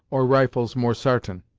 or rifles more sartain.